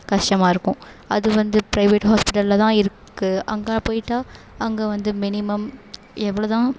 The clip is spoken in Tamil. கஷ்டமாக இருக்கும் அது வந்து பிரைவேட் ஹாஸ்பிட்டல்லதான் இருக்குது அங்கே போய்ட்டால் அங்கே வந்து மினிமம் எவ்வளதான்